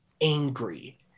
angry